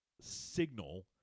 signal